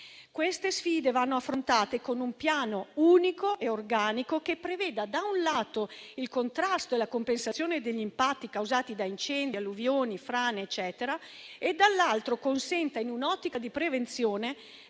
Queste sfide vanno affrontate con un piano unico e organico che preveda, da un lato, il contrasto e la compensazione degli impatti causati da incendi, alluvioni e frane e, dall'altro, consenta, in un'ottica di prevenzione,